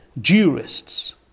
jurists